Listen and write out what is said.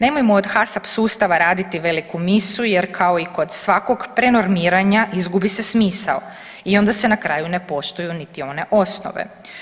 Nemojmo od HACCP sustava raditi veliku misu jer kao i kod svakog prenormiranja izgubi se smisao i onda se na kraju ne poštuju niti one osnove.